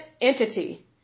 entity